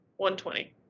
120